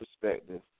perspective